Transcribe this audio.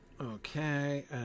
Okay